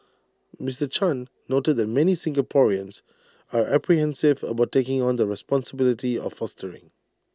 Mister chan noted that many Singaporeans are apprehensive about taking on the responsibility of fostering